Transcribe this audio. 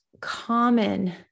common